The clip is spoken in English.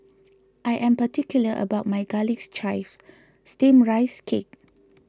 I am particular about my Garlic Chives Steamed Rice Cake